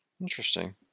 interesting